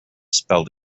spelled